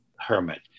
hermit